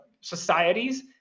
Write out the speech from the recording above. societies